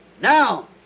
Now